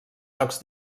jocs